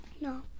no